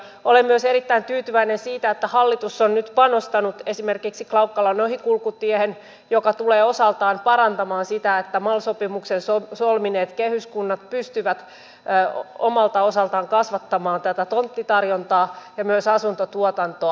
olen myös erittäin tyytyväinen siitä että hallitus on nyt panostanut esimerkiksi klaukkalan ohikulkutiehen joka tulee osaltaan parantamaan sitä että mal sopimuksen solmineet kehyskunnat pystyvät omalta osaltaan kasvattamaan tätä tonttitarjontaa ja myös asuntotuotantoa